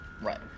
Right